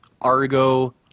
Argo